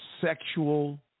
sexual